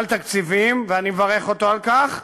על תקציבים, ואני מברך אותו על כך,